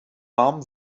warm